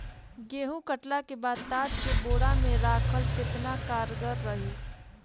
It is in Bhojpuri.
गेंहू कटला के बाद तात के बोरा मे राखल केतना कारगर रही?